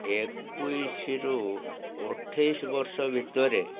ଏକୋଇଶିରୁ ଅଠେଇଶ୍ ବର୍ଷ ଭିତରେ